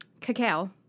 Cacao